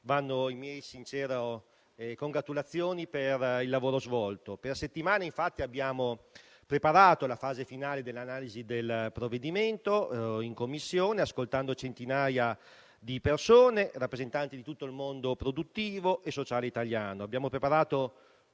vanno le mie sincere congratulazioni per il lavoro svolto). Per settimane abbiamo preparato la fase finale dell'analisi del provvedimento in Commissione, ascoltando centinaia di persone, rappresentanti di tutto il mondo produttivo e sociale italiano.